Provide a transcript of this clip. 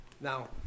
Now